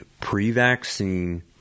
pre-vaccine